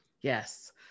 yes